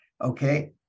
Okay